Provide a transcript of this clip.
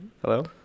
Hello